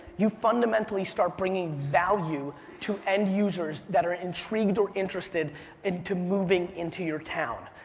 you fundamentally start bringing value to end users that are intrigued or interested into moving into your town.